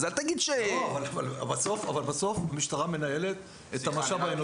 אבל בסוף המשטרה מנהלת את המשאב האנושי.